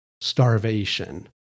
starvation